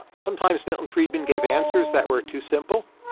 sometimes, milton friedman gave answers that were too simple.